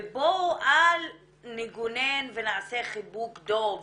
ובואו אל נגונן ונעשה חיבוק דוב